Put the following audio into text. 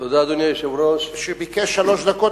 בר-און, אדוני היושב-ראש, תודה, שביקש שלוש דקות.